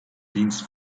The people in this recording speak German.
dienst